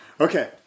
okay